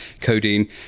codeine